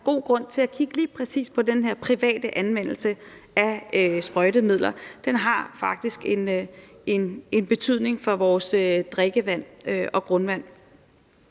god grund til at kigge lige præcis på den her private anvendelse af sprøjtemidler. Den har faktisk en betydning for vores drikkevand og grundvand.